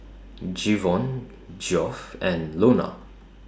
Jevon Geoff and Lonna